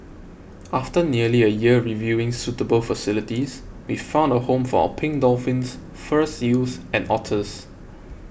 after nearly a year reviewing suitable facilities we found a home for our pink dolphins fur seals and otters